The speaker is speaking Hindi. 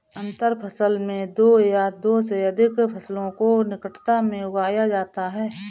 अंतर फसल में दो या दो से अघिक फसलों को निकटता में उगाया जाता है